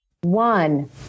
One